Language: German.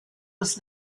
des